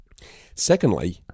Secondly